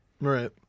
right